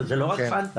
אבל זה לא רק FENTA,